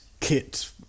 kit